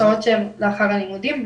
בשעות שהן לאחר הלימודים,